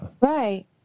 Right